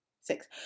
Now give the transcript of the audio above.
six